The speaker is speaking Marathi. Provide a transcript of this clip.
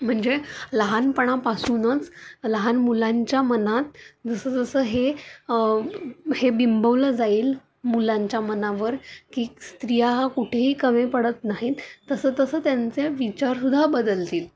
म्हणजे लहानपणापासूनच लहान मुलांच्या मनात जसं जसं हे हे बिंबवलं जाईल मुलांच्या मनावर की स्त्रिया हा कुठेही कमी पडत नाहीत तसं तसं त्यांचे विचार सुद्धा बदलतील